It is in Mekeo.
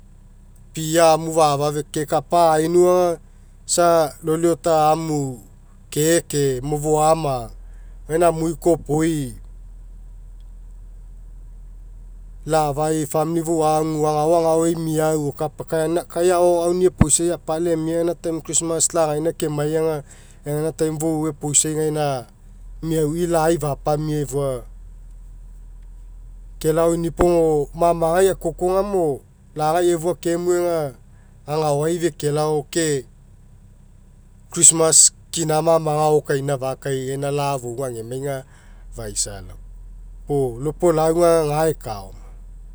Pia amu fa'afai fekeainu ke kapa aoinu aga isa lolli water amu keke mo foama gaina amui kopoi la'afai famili fou agu agaoagao ei meau kapa ka- kai agao auni'i eposiai apala emia gaina time christmas lagaina kemai aga egaina time fou epoisai gaina meaui lai fapamia efua kelao inipo mamagai akoko aga mo lagai efua kemue aga gagao fekelao ke christmas kina mamaga agao kaina fakai gaina la'a fouga agemai aga faisa laoma. Puo lau opolau aga gaekaoma.